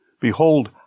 behold